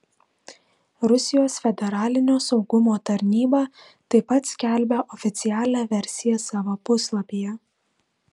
rusijos federalinio saugumo tarnyba taip pat skelbia oficialią versiją savo puslapyje